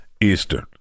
Eastern